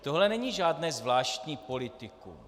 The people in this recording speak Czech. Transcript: Tohle není žádné zvláštní politikum.